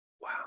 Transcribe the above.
wow